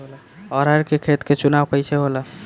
अरहर के खेत के चुनाव कइसे होला?